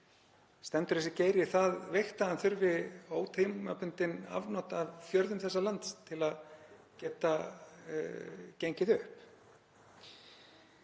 Stendur þessi geiri það veikt að hann þurfi ótímabundin afnot af fjörðum þessa lands til að geta gengið upp?